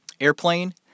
Airplane